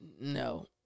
no